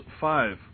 five